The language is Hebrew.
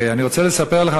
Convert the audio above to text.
אני רוצה לספר לך,